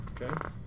Okay